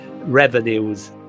revenues